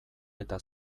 eta